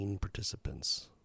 participants